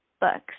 books